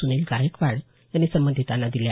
सूनील गायकवाड यांनी संबंधितांना दिल्या